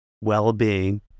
well-being